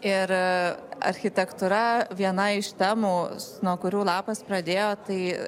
ir architektūra viena iš temų nuo kurių lapas pradėjo tai